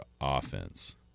offense